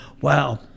wow